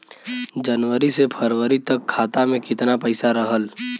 जनवरी से फरवरी तक खाता में कितना पईसा रहल?